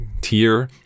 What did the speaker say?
tier